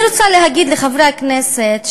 אני רוצה להגיד לחברי הכנסת,